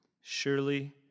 surely